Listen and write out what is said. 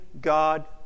God